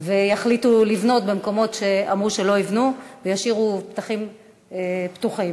ויחליטו לבנות במקומות שאמרו שלא יבנו וישאירו שטחים פתוחים.